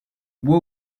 bois